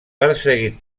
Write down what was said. perseguit